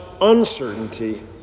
uncertainty